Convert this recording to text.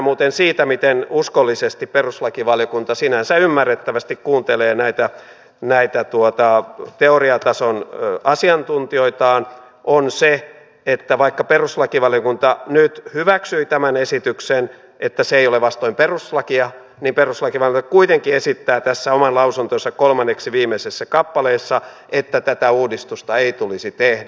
muuten esimerkkinä siitä miten uskollisesti perustuslakivaliokunta sinänsä ymmärrettävästi kuuntelee näitä teoriatason asiantuntijoitaan on se että vaikka perustuslakivaliokunta nyt hyväksyi tämän esityksen että se ei ole vastoin perustuslakia niin perustuslakivaliokunta kuitenkin esittää tässä oman lausuntonsa kolmanneksi viimeisessä kappaleessa että tätä uudistusta ei tulisi tehdä